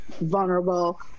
vulnerable